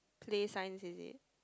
play sign is it